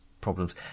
problems